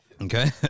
Okay